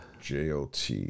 Jot